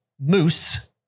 moose